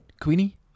Queenie